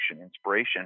inspiration